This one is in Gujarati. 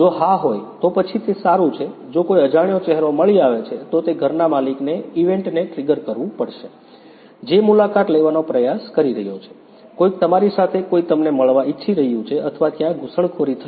જો હા હોય તો પછી તે સારું છે જો કોઈ અજાણ્યો ચહેરો મળી આવે છે તો તે ઘરના માલિકને ઇવેન્ટને ટ્રિગર કરવું પડશે જે મુલાકાત લેવાનો પ્રયાસ કરી રહ્યો છે કોઈક તમારી સાથે કોઈ તમને મળવા ઈચ્છી રહ્યું છે અથવા ત્યાં ઘુસણખોરી થઈ છે